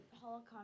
Holocaust